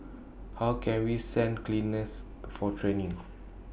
how can we send cleaners for training